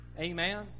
amen